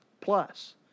plus